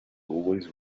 always